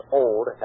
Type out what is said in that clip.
old